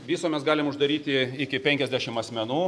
viso mes galim uždaryti iki penkiasdešim asmenų